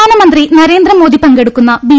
M പ്രധാനമന്ത്രി നരേന്ദ്രമോദി പങ്കെടുക്കുന്ന B